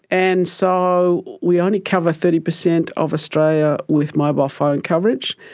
and so we only cover thirty percent of australia with mobile phone coverage,